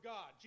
God